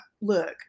look